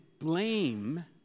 blame